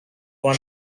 one